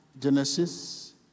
Genesis